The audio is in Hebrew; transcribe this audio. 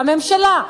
הממשלה.